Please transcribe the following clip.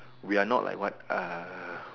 we are not like what uh